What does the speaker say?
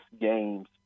games